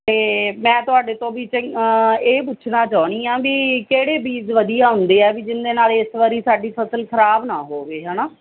ਅਤੇ ਮੈਂ ਤੁਹਾਡੇ ਤੋਂ ਵੀ ਇਹ ਪੁੱਛਣਾ ਚਾਹੁੰਦੀ ਹਾਂ ਵੀ ਕਿਹੜੇ ਬੀਜ਼ ਵਧੀਆ ਹੁੰਦੇ ਆ ਵੀ ਜਿਹਦੇ ਨਾਲ ਇਸ ਵਾਰ ਸਾਡੀ ਫਸਲ ਖਰਾਬ ਨਾ ਹੋਵੇ ਹੈ ਨਾ